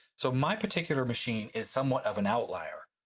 so my particular machine is somewhat of an outlier.